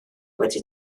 wedi